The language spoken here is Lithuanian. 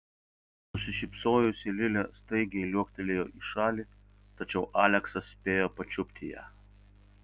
nusišypsojusi lilė staigiai liuoktelėjo į šalį tačiau aleksas spėjo pačiupti ją